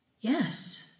Yes